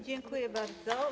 Dziękuję bardzo.